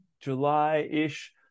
July-ish